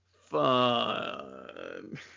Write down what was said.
Fun